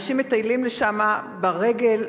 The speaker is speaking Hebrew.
אנשים מטיילים לשם ברגל,